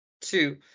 Two